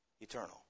eternal